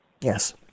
Yes